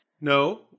No